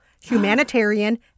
humanitarian